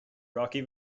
rocky